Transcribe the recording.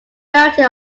variety